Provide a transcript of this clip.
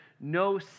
no